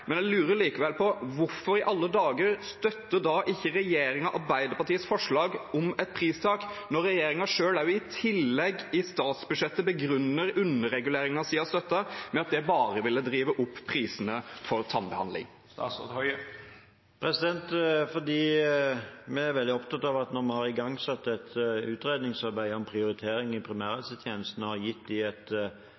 men jeg lurer likevel på: Hvorfor i alle dager støtter ikke regjeringen Arbeiderpartiets forslag om et pristak når regjeringen selv i statsbudsjettet begrunner sin underregulering av støtte med at det bare ville drive opp prisene for tannbehandling? Det er fordi vi er veldig opptatt av at når vi har igangsatt et utredningsarbeid om prioritering i